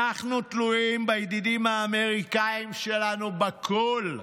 אנחנו תלויים בידידים האמריקאים שלנו בכול.